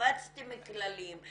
הפצתם כללים,